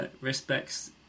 respects